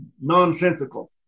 nonsensical